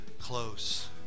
close